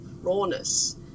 rawness